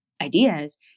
ideas